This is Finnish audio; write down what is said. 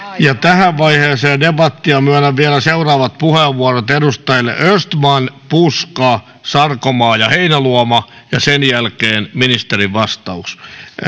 ja tähän vaiheeseen debattia myönnän vielä seuraavat puheenvuorot edustajille östman puska sarkomaa ja heinäluoma sen jälkeen ministerin vastaus